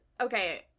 okay